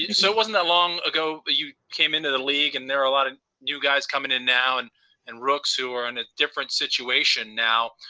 so wasn't that long ago you came into the league and there are a lot of new guys coming in now and and rooks who are in a different situation now.